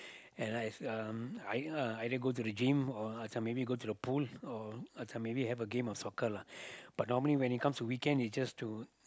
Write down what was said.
and right uh I uh either go to the gym or maybe go to the pool or maybe have a game of soccer lah but normally when it comes to weekend is just to